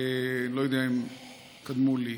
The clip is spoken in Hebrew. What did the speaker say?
אני לא יודע אם קדמו לי.